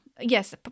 Yes